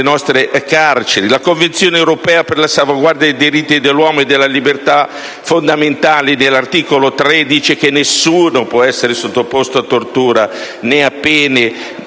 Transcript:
nostre carceri. La Convenzione europea per la salvaguardia dei diritti dell'uomo e delle libertà fondamentali all'articolo 3 statuisce: «Nessuno può essere sottoposto a tortura né a pene